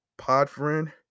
PodFriend